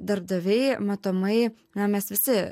darbdaviai matomai na mes visi